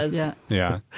does. yeah yeah.